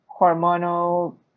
hormonal